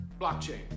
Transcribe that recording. blockchain